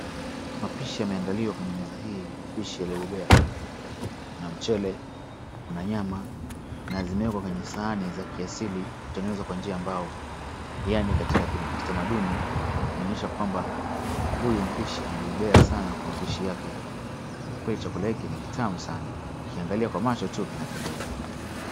Mapishi yameandaliwa kwenye meza hii. Mapishi yalobobeya. Kuna mchele, kuna nyama na zimeekwa kwenye sahani za kiasili zilizotengenezwa kwa njia ya mbao yaani kitamaduni inaonyesha kwamba huyu mpishi amebobea kwenye mapishi yake. Kwa kweli chakula chake ni kitamu sana. Ukiangalia kwa macho tu linapendeza.